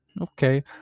Okay